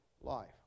life